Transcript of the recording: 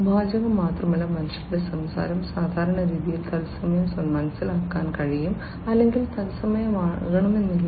വാചകം മാത്രമല്ല മനുഷ്യരുടെ സംസാരം സാധാരണഗതിയിൽ തത്സമയം മനസ്സിലാക്കാൻ കഴിയും അല്ലെങ്കിൽ തത്സമയമാകണമെന്നില്ല